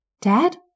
Dad